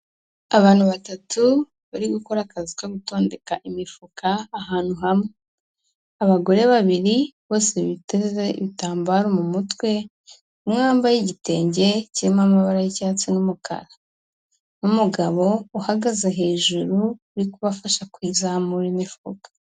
Abantu batatu bari gukora akazi ko gutondeka imifuka ahantu hamwe, abagore babiri bose biteze ibitambaro mu mutwe, umwe wambaye igitenge kirimo amabara y'icyatsi n'umukara, n'umugabo uhagaze hejuru uri kubafasha kuzamura imifuka.